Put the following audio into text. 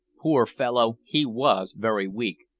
poor fellow! he was very weak,